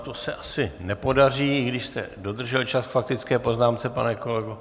To se asi nepodaří, i když jste dodržel čas k faktické poznámce, pane kolego.